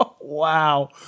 Wow